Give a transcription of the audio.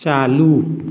चालू